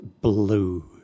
blue